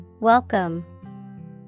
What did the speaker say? Welcome